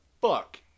fuck